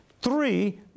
three